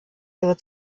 ihre